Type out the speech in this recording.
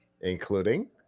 including